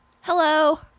Hello